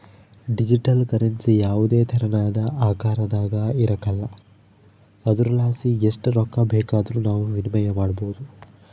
digital currency ಯಾವುದೇ ತೆರನಾದ ಆಕಾರದಾಗ ಇರಕಲ್ಲ ಆದುರಲಾಸಿ ಎಸ್ಟ್ ರೊಕ್ಕ ಬೇಕಾದರೂ ನಾವು ವಿನಿಮಯ ಮಾಡಬೋದು